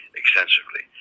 extensively